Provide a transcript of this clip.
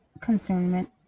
concernment